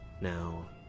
Now